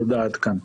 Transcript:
תודה עד כאן.